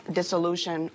Dissolution